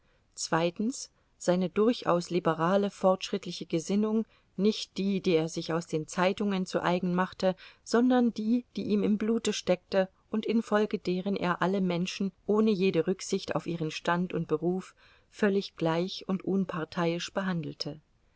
zweitens seine durchaus liberale fortschrittliche gesinnung nicht die die er sich aus den zeitungen zu eigen machte sondern die die ihm im blute steckte und infolge deren er alle menschen ohne jede rücksicht auf ihren stand und beruf völlig gleich und unparteiisch behandelte